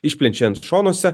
išplečiant šonuose